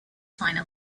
final